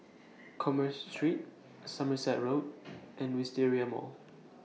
Commerce Street Somerset Road and Wisteria Mall